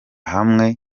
hamwe